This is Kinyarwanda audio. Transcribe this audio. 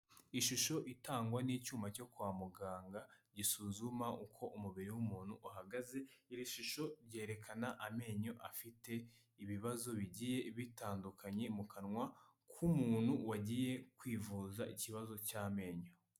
Ishusho itangwa n'icyuma cyo kwa muganga gisuzuma uko umubiri w'umuntu uhagaze, iri shusho ryerekana amenyo afite ibibazo bigiye bitandukanye mu kanwa k'umuntu wagiye kwivuza ikibazo cy'amenyo.